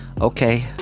Okay